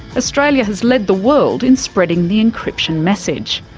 australia has led the world in spreading the encryption message.